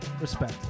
respect